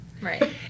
Right